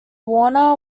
warner